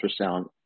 ultrasound